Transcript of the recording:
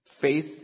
Faith